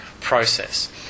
process